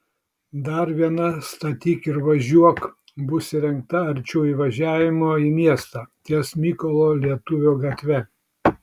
dar viena statyk ir važiuok bus įrengta arčiau įvažiavimo į miestą ties mykolo lietuvio gatve